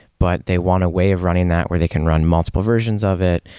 but they want a way of running that where they can run multiple versions of it.